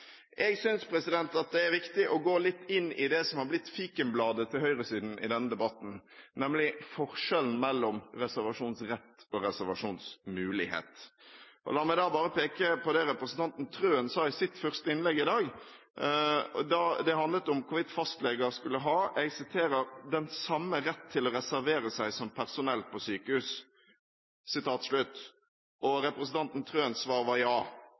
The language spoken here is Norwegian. Jeg synes at det er viktig å gå litt inn i det som har blitt fikenbladet til høyresiden i denne debatten, nemlig forskjellen mellom reservasjonsrett og reservasjonsmulighet. La meg bare peke på det representanten Wilhelmsen Trøen sa i sitt første innlegg i dag. Det handlet om hvorvidt fastleger skulle ha den samme rett til å reservere seg som personell på sykehus, og representanten Wilhelmsen Trøen svarer ja.